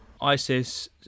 Isis